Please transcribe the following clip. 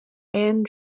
and